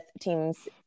teams